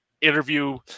interview